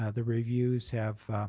ah the reviews have